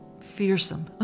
fearsome